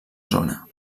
zona